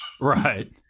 Right